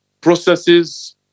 processes